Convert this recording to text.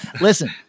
listen